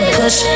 push